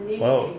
!wow!